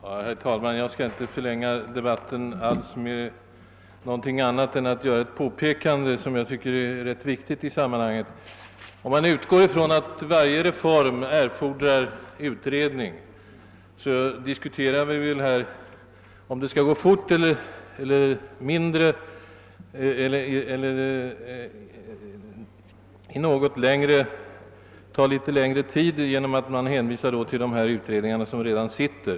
Herr talman! Jag skall inte förlänga debatten med något annat än ett påpekande som jag tycker är rätt viktigt i sammanhanget. Om man utgår från att varje reform fordrar utredning, diskuterar vi väl här om utredningen i detta fall måste gå snabbt eller få ta något längre tid genom att verkställas genom de utredningar som redan sitter.